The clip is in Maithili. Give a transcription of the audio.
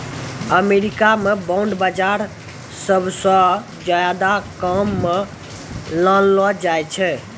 अमरीका म बांड बाजार सबसअ ज्यादा काम म लानलो जाय छै